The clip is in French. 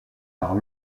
par